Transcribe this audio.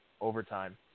overtime